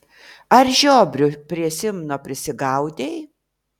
ar žiobrių prie simno prisigaudei